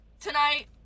tonight